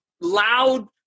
loud